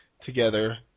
together